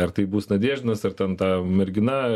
ar tai bus nadieždinas ar ten ta mergina